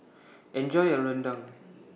Enjoy your Rendang